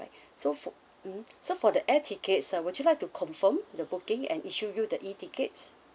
so for mmhmm so for the air tickets uh would you like to confirm the booking and issue you the E tickets